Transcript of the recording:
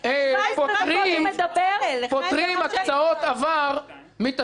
שמעתי שפוטרים הקצאות עבר מתשלום.